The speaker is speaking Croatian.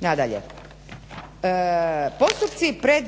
Nadalje, postupci pred